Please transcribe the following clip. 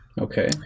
Okay